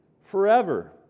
forever